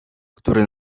który